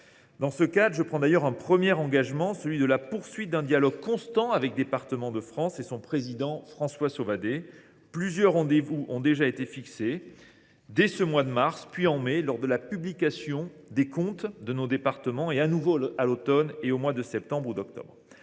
Dans ce cadre, je prends un premier engagement : celui de poursuivre un dialogue constant avec Départements de France et son président, François Sauvadet. Plusieurs rendez vous ont déjà été fixés : dès ce mois ci, puis en mai, lors de la publication définitive des comptes de nos départements, et de nouveau à l’automne, au mois de septembre ou d’octobre.